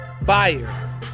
Fire